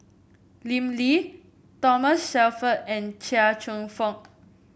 Lim Lee Thomas Shelford and Chia Cheong Fook